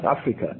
Africa